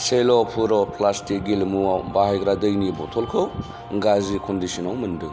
सेल' पुर' प्लास्टिक गेलेमुआव बाहायग्रा दैनि बथलखौ गाज्रि कन्डिसनाव मोन्दों